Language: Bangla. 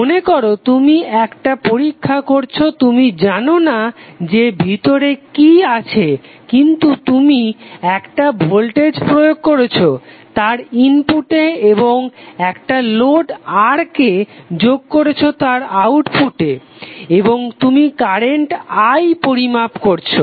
মনেকর তুমি একটা পরীক্ষা করছো তুমি জানো না যে ভিতরে কি আছে কিন্তু তুমি একটা ভোল্টেজ প্রয়োগ করছো তার ইনপুটে এবং একটা লোড R কে যোগ করছো তার আউটপুট এ এবং তুমি কারেন্ট i পরিমাপ করছো